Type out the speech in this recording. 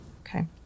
Okay